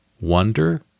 wonder